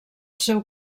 seu